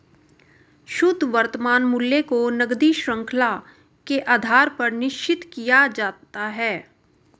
शुद्ध वर्तमान मूल्य को नकदी शृंखला के आधार पर निश्चित किया जाता है